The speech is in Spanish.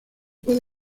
puede